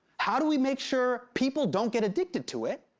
how do we make sure people don't get addicted to it?